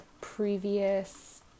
previous